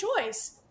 choice